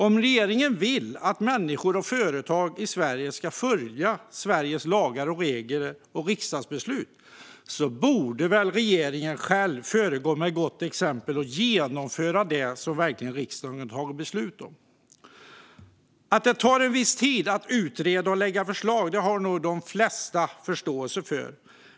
Om regeringen vill att människor och företag i Sverige ska följa lagar och regler och riksdagsbeslut borde regeringen själv föregå med gott exempel och genomföra det som riksdagen har tagit beslut om. Att det tar en viss tid att utreda och lägga fram förslag har nog de flesta förståelse för.